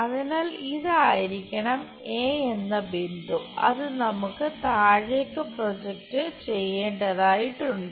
അതിനാൽ ഇതായിരിക്കണം എ എന്ന ബിന്ദു അത് നമുക്ക് താഴേക്ക് പ്രൊജക്റ്റ് ചെയ്യേണ്ടതായിട്ടുണ്ട്